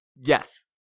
Yes